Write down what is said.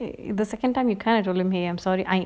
uh the second time you kind of me I'm sorry I